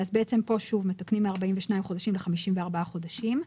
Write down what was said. כאן שוב מתקנים מ-42 חודשים ל-54 חודשים.